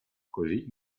così